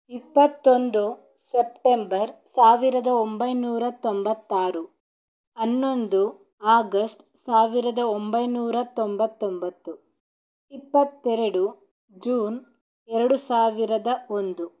ಇಪ್ಪತ್ತೊಂದು ಸೆಪ್ಟೆಂಬರ್ ಸಾವಿರದ ಒಂಬೈನೂರ ತೊಂಬತ್ತಾರು ಹನ್ನೊಂದು ಆಗಸ್ಟ್ ಸಾವಿರದ ಒಂಬೈನೂರ ತೊಂಬತ್ತೊಂಬತ್ತು ಇಪ್ಪತ್ತೆರಡು ಜೂನ್ ಎರಡು ಸಾವಿರದ ಒಂದು